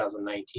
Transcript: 2019